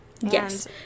Yes